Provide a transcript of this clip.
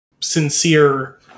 sincere